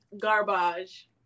garbage